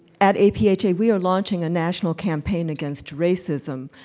at apha we are launching a national campaign against racism,